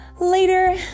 Later